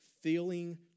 feeling